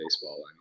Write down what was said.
baseball